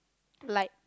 like